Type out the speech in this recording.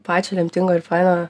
pačio lemtingo ir faino